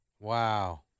Wow